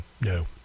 no